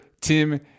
tim